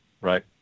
Right